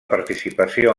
participació